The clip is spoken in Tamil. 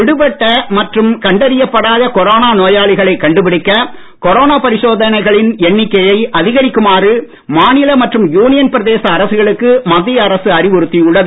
விடுபட்ட மற்றும் கண்டறியப் படாத கொரோனா நோயாளிகளை கண்டுபிடிக்க கொரோனா பரிசோதனைகளின் எண்ணிக்கையை அதிகரிக்குமாறு மாநில மற்றும் யூனியன் பிரதேச அரசுகளுக்கு மத்திய அரசு அறிவுறுத்தியுள்ளது